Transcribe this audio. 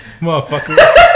motherfucker